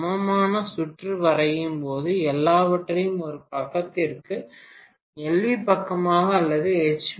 சமமான சுற்று வரையும்போது எல்லாவற்றையும் ஒரு பக்கத்திற்கு எல்வி பக்கமாக அல்லது எச்